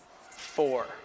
four